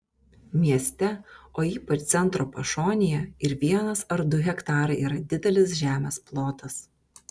mieste o ypač centro pašonėje ir vienas ar du hektarai yra didelis žemės plotas